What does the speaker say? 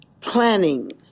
planning